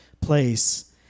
place